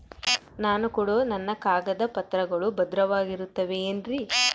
ನಾನು ಕೊಡೋ ನನ್ನ ಕಾಗದ ಪತ್ರಗಳು ಭದ್ರವಾಗಿರುತ್ತವೆ ಏನ್ರಿ?